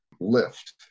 lift